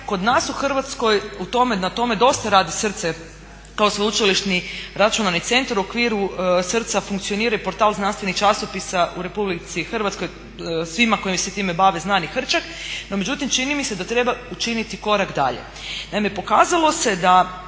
Kod nas u Hrvatskoj na tome dosta radi SRCE kao sveučilišni računalni centar. U okviru SRCE-a funkcionira i portal znanstveni časopisa u RH svima koji se ti bave znani Hrčak, no međutim čini mi se da treba učiniti korak dalje.